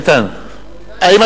איתן, אברהם.